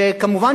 וכמובן,